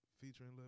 featuring